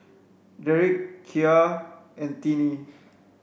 Derrick Kya and Tinie